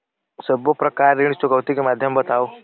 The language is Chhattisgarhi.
सब्बो प्रकार ऋण चुकौती के माध्यम बताव?